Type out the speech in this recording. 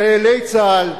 חיילי צה"ל,